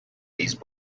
these